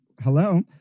hello